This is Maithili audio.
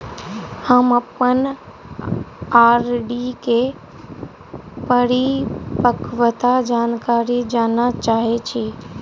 हम अप्पन आर.डी केँ परिपक्वता जानकारी जानऽ चाहै छी